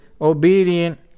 obedient